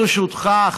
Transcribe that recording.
ברשותכם,